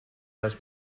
has